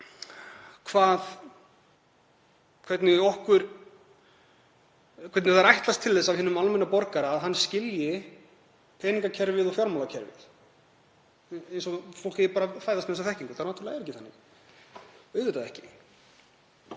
pínu skrýtið hvernig ætlast er til þess af hinum almenna borgara að hann skilji peningakerfið og fjármálakerfið eins og fólk eigi bara að fæðast með þessa þekkingu. Það er náttúrlega ekki þannig. Auðvitað ekki.